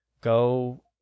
go